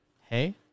Hey